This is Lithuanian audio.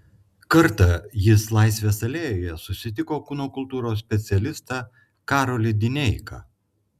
kartą jis laisvės alėjoje susitiko kūno kultūros specialistą karolį dineiką